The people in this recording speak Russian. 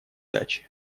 дачи